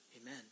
Amen